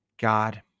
God